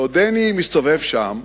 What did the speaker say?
בעודי מסתובב שם